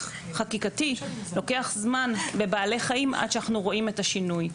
חקיקתי לוקח זמן בבעלי חיים עד שאנחנו רואים את השינוי.